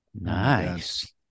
Nice